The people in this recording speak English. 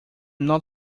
not